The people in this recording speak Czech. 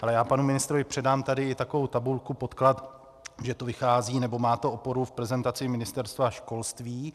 Ale já panu ministrovi předám tady takovou tabulku, podklad, že to vychází nebo má to oporu v prezentaci Ministerstva školství.